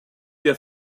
der